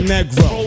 Negro